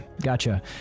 gotcha